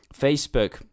Facebook